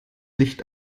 licht